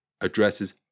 addresses